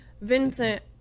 Vincent